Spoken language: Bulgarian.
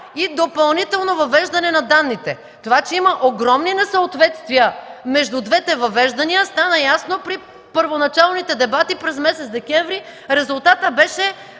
и допълнително въвеждане на данните. Това, че има огромни несъответствия между двете въвеждания, стана ясно при първоначалните дебати през месец декември. Резултатът беше